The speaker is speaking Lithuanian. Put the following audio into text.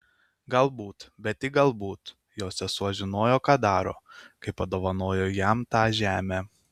galbūt bet tik galbūt jo sesuo žinojo ką daro kai padovanojo jam tą žemę